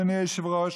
אדוני היושב-ראש,